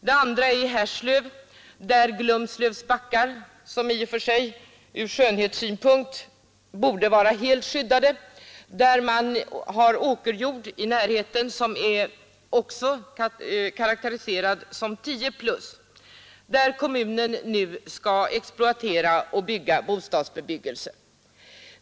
Det andra är Härslöv med Glumslövs backar —som i och för sig ur skönhetssynpunkt borde vara helt skyddade — där man på åkerjorden i närheten av dessa, också karakteriserad som 10 plus, nu skall exploatera och bygga bostäder.